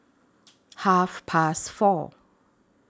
Half Past four